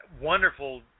wonderful